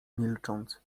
milcząc